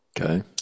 Okay